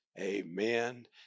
Amen